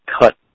cut